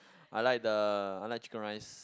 I like the I like chicken rice